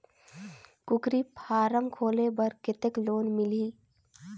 कूकरी फारम खोले बर कतेक लोन मिलही?